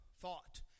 thought